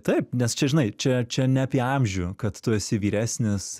taip nes čia žinai čia čia ne apie amžių kad tu esi vyresnis